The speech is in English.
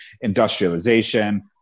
industrialization